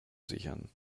sichern